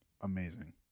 Amazing